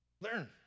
Learn